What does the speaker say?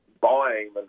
buying